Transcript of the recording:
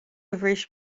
bhris